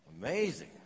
Amazing